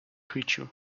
creature